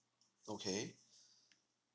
okay